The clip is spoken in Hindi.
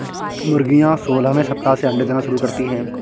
मुर्गियां सोलहवें सप्ताह से अंडे देना शुरू करती है